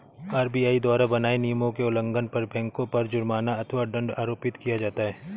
RBI द्वारा बनाए नियमों के उल्लंघन पर बैंकों पर जुर्माना अथवा दंड आरोपित किया जाता है